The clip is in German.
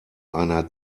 einer